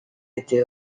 été